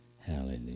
Hallelujah